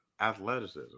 athleticism